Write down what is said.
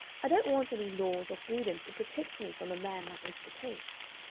i don't want any laws or freedoms to protect me from a man like mr. capes.